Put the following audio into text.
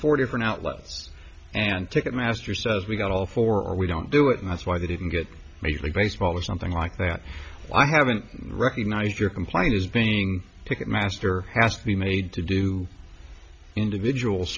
four different outlets and ticketmaster says we got all four or we don't do it and that's why they didn't get major league baseball or something like that i haven't recognized your complaint is being ticketmaster has to be made to do individual